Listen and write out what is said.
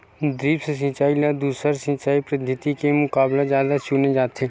द्रप्स सिंचाई ला दूसर सिंचाई पद्धिति के मुकाबला जादा चुने जाथे